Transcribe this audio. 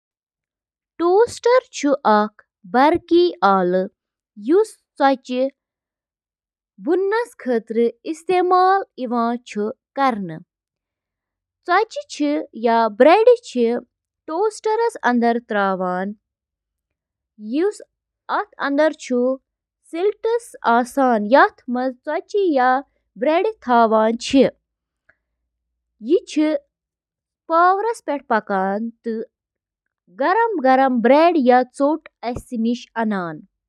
اکھ ٹوسٹر چُھ گرمی پٲدٕ کرنہٕ خٲطرٕ بجلی ہنٛد استعمال کران یُس روٹی ٹوسٹس منٛز براؤن چُھ کران۔ ٹوسٹر اوون چِھ برقی کرنٹ سۭتۍ کوائلن ہنٛد ذریعہٕ تیار گژھن وٲل انفراریڈ تابکٲری ہنٛد استعمال کٔرتھ کھین بناوان۔